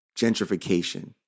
gentrification